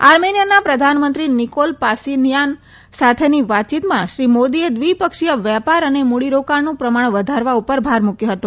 આર્મેનિયાના પ્રધાનમંત્રી Nikol Pashinyan સાથેની વાતચીતમાં શ્રી મોદીએ દ્વિપક્ષીય વેપાર અને મૂડીરોકાણનું પ્રમાણ વધારવા ઉપર ભાર મૂક્યો હતો